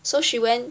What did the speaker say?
so she went